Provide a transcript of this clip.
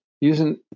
using